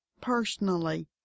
personally